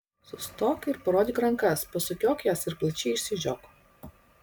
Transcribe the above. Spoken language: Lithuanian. sustok ir parodyk rankas pasukiok jas ir plačiai išsižiok